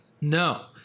No